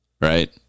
right